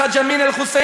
חאג' אמין אל-חוסייני,